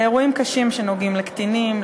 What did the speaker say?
אירועים קשים שנוגעים לקטינים,